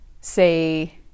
say